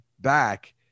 back